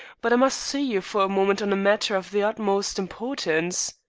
but i must see you for a moment on a matter of the utmost importance.